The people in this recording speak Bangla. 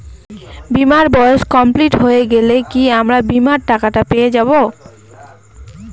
বীমার বয়স কমপ্লিট হয়ে গেলে কি আমার বীমার টাকা টা পেয়ে যাবো?